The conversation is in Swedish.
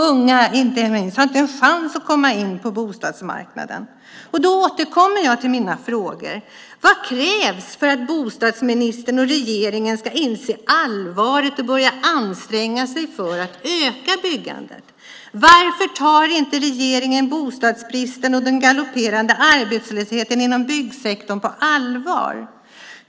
Unga har inte en chans att komma in på bostadsmarknaden. Jag återkommer till mina frågor. Vad krävs för att bostadsministern och regeringen ska inse allvaret och börja anstränga sig för att öka byggandet? Varför tar inte regeringen bostadsbristen och den galopperande arbetslösheten inom byggsektorn på allvar?